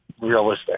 realistic